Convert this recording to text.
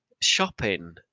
Shopping